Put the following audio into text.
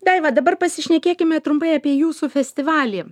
daiva dabar pasišnekėkime trumpai apie jūsų festivalį